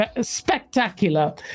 Spectacular